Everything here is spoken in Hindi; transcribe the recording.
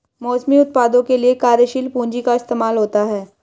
मौसमी उत्पादों के लिये कार्यशील पूंजी का इस्तेमाल होता है